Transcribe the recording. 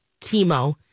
chemo